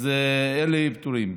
אז אלה פטורים.